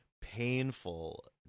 painful